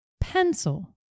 Pencil